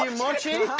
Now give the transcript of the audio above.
um mochy